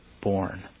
born